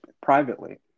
privately